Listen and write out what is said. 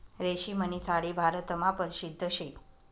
रेशीमनी साडी भारतमा परशिद्ध शे